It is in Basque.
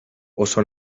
oso